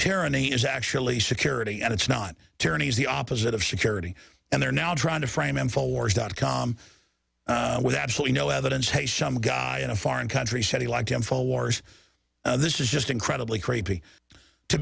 tyranny is actually security and it's not turning is the opposite of security and they're now trying to frame him for wars dot com with absolutely no evidence hey some guy in a foreign country said he liked him for wars this is just incredibly creepy to